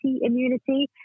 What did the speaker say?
immunity